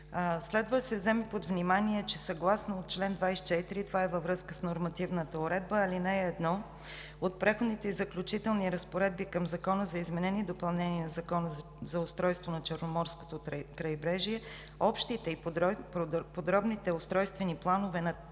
Следва да се вземе под внимание, че съгласно чл. 24 – това е във връзка с нормативната уредба, ал. 1 от Преходните и заключителните разпоредби към Закона за изменение и допълнение на Закона за устройство на Черноморското крайбрежие, общите и подробните устройствени планове за